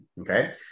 okay